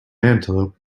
antelope